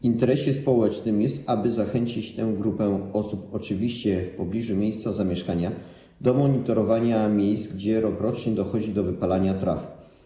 W interesie społecznym jest, aby zachęcić tę grupę osób, oczywiście w pobliżu miejsca zamieszkania, do monitorowania miejsc, gdzie rokrocznie dochodzi do wypalania traw.